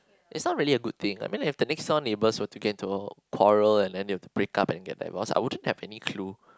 it's not really a good thing I mean like if the next door neighbours were to get into a quarrel and then they have break up and get divorced I wouldn't have any clue